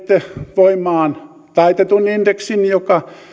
voimaan taitetun indeksin joka